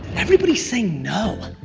everybody's saying no.